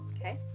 okay